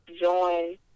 join